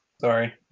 Sorry